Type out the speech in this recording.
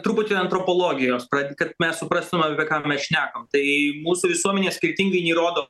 truputį antropologijos kad kad mes suprastume apie ką mes šnekam tai mūsų visuomenė skirtingai nei rodo